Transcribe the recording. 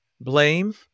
Blame